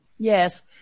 Yes